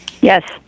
Yes